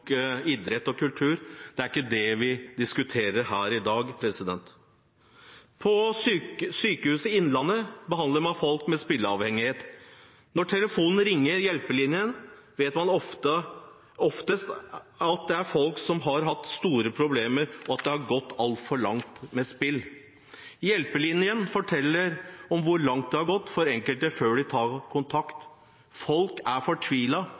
idrett og kultur – det er ikke det vi diskuterer her i dag. På Sykehuset Innlandet behandler man folk med spilleavhengighet. Når telefonen ringer på Hjelpelinjen, vet man ofte at det er folk som har hatt store problemer med spill, og som har latt problemet gå altfor langt. Hjelpelinjen forteller om hvor langt det har gått for enkelte før de tar kontakt. Folk er